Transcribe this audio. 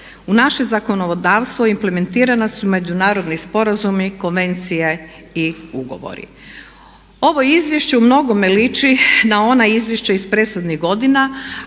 U naše zakonodavstvo implementirana su međunarodni sporazumi, konvencije i ugovori. Ovo izvješće u mnogome liči na ona izvješća iz prethodnih godina,